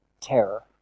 terror